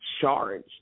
charged